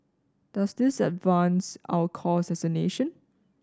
does this advance our cause as a nation